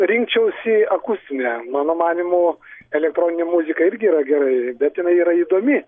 rinkčiausi akustinę mano manymu elektroninė muzika irgi yra gerai bet jinai yra įdomi